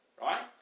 right